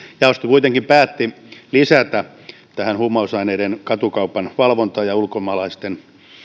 jaosto kuitenkin päätti lisätä huumausaineiden katukaupan valvontaan ja ulkomaalaisten